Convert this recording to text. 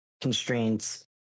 constraints